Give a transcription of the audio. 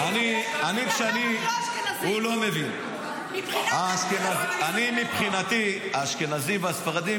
אני לא --- אבל יש אשכנזים ויש גם ספרדים